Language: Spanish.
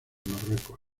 marruecos